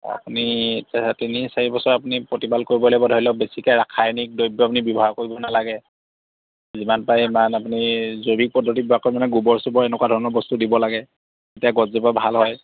আপুনি তিনি চাৰিবছৰ আপুনি প্ৰতিপাল কৰিব লাগিব ধৰি লওক বেছিকৈ ৰাসায়নিক দ্ৰব্য আপুনি ব্যৱহাৰ কৰিব নালাগে যিমান পাৰে সিমান আপুনি জৈৱিক পদ্ধতিত গোবৰ চোবৰ এনেকুৱা ধৰণৰ বস্তু দিব লাগে তেতিয়া গছজোপা ভাল হয়